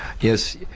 Yes